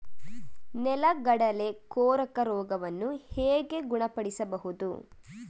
ನೆಲಗಡಲೆ ಕೊರಕ ರೋಗವನ್ನು ಹೇಗೆ ಗುಣಪಡಿಸಬಹುದು?